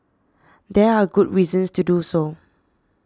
there are good reasons to do so